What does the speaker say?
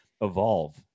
evolve